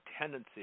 tendency